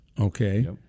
Okay